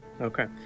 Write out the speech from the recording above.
Okay